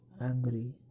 angry